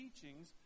teachings